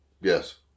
Yes